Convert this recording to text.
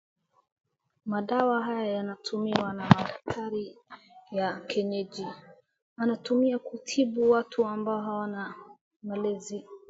Madawa haya yanatumiwa na madaktari ya kienyeji. Wanatumia kutibu watu ambao hawana malezi.